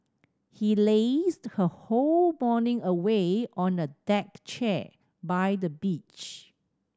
he lazed her whole morning away on a deck chair by the beach